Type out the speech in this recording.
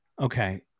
Okay